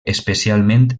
especialment